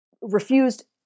refused